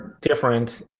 different